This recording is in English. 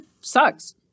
sucks